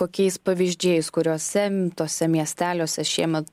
kokiais pavyzdžiais kuriuose tuose miesteliuose šiemet